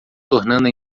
tornando